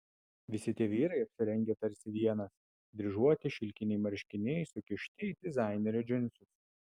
visi tie vyrai apsirengę tarsi vienas dryžuoti šilkiniai marškiniai sukišti į dizainerio džinsus